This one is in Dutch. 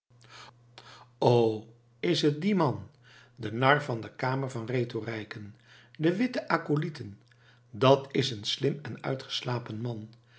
o is het die man de nar van de kamer van rethorijken de witte acolijen dat is een slim en uitgeslapen man